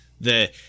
the-